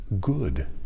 good